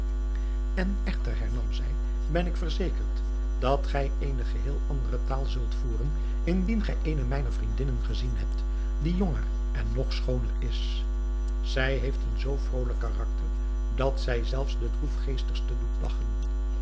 en echter hernam zij ben ik verzekerd dat gij eene geheel andere taal zult voeren indien gij eene mijner vriendinnen gezien hebt die jonger en nog schooner is zij heeft een zoo vrolijk karakter dat zij zelfs den droefgeestigste doet